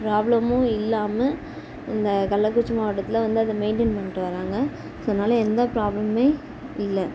ப்ராபளமும் இல்லாமல் இந்த கள்ளக்குறிச்சி மாவட்டத்தில் வந்து அதை மெயின்டைன் பண்ணிகிட்டு வராங்க ஸோ அதனால் எந்த ப்ராப்ளமுமே இல்லை